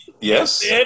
Yes